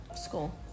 school